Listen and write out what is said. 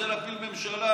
רוצה להפיל ממשלה